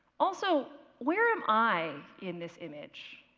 also, where am i in this image?